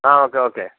okay okay